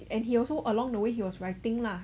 and he also along the way he was writing lah